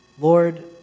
Lord